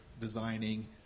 designing